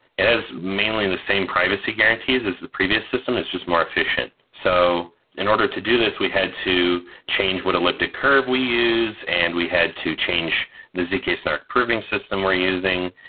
it has mainly the same privacy guarantees as the previous system. it's just more efficient. so in order to do this, we had to change what elliptic curve we use and we had to change the zk-snark proofing system we're using,